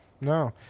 No